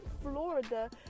Florida